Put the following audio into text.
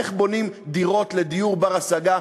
איך בונים דירות לדיור בר-השגה.